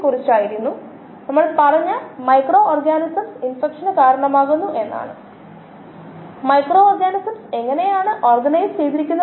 ഒരു medium carbon സ്രോതസ്സ് ഊർജ്ജ സ്രോതസ്സ് നൈട്രജൻ ഉറവിട ലവണങ്ങൾ പോഷകങ്ങൾ എന്നിവ കണ്ടെത്തുന്നത് എന്താണെന്ന് നമ്മൾ കണ്ടു അവയിൽ ഏതെങ്കിലും പരിമിതപ്പെടുത്തുന്ന സബ്സ്ട്രേറ്റ് വളർച്ചയെ പരിമിതപ്പെടുത്തുന്ന ഒരു ks